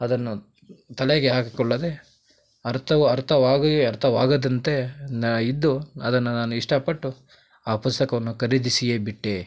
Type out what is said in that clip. ಅದನ್ನು ತಲೆಗೆ ಹಾಕಿಕೊಳ್ಳದೆ ಅರ್ಥವು ಅರ್ಥವಾಗಿಯೂ ಅರ್ಥವಾಗದಂತೆ ನಾ ಇದ್ದು ಅದನ್ನು ನಾನು ಇಷ್ಟಪಟ್ಟು ಆ ಪುಸ್ತಕವನ್ನು ಖರೀದಿಸಿಯೇ ಬಿಟ್ಟೆ